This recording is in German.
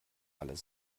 alles